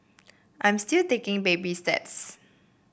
I'm still taking baby steps